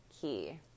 key